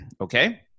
Okay